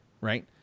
right